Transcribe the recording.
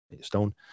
stone